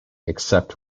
except